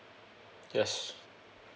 yes